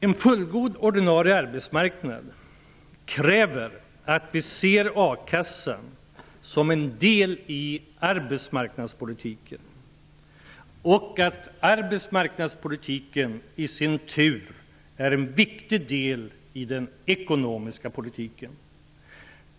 En fullgod ordinarie arbetsmarknad kräver att vi betraktar a-kassan som en del i arbetsmarkandspolitiken och arbetsmarknadspolitiken i sin tur som en viktig del i den ekonomiska politiken.